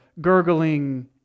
gurgling